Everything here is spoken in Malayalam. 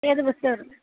ഏത് ബെസ്റ്റാറ്